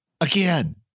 again